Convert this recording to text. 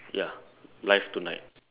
ya live tonight